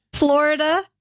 Florida